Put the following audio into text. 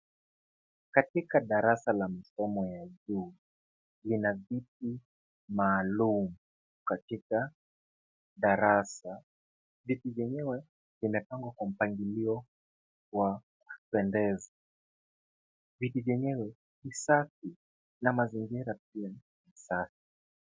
Katika darasa la masomo ya juu, lina viti maalum katika darasa. Viti vyenyewe vimepangwa kwa mpangilio wa kupendeza. Viti vyenyewe ni safi na mazingira pia ni safi.